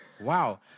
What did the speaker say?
wow